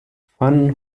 van